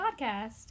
Podcast